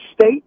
state